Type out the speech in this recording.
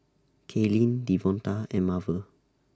Kaylyn Devonta and Marvel